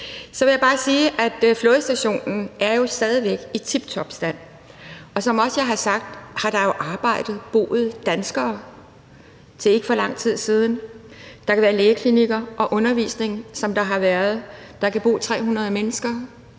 Så vil jeg bare sige, at flådestationen stadig væk er i tiptop stand, og som jeg også har sagt, har der jo arbejdet og boet danskere indtil for ikke så lang tid siden. Der kan være lægeklinikker og undervisning, sådan som der har været; der kan bo 300 mennesker